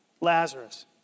Lazarus